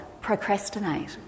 Procrastinate